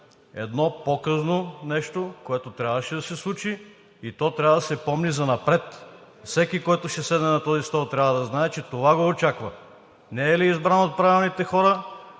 едно показно нещо, което трябваше да се случи, и то трябва да се помни занапред – всеки, който ще седне на този стол, трябва да знае, че това го очаква. Не е ли избран от правилните хора